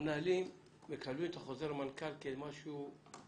המנהלים מקבלים את חוזר המנכ"ל כהמלצה.